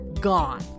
gone